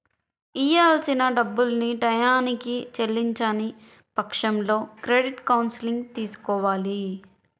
ఇయ్యాల్సిన డబ్బుల్ని టైయ్యానికి చెల్లించని పక్షంలో క్రెడిట్ కౌన్సిలింగ్ తీసుకోవాలి